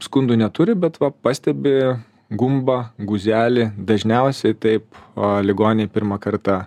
skundų neturi bet va pastebi gumbą guzelį dažniausiai taip ligoniai pirmą kartą